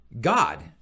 God